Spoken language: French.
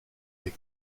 est